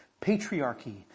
Patriarchy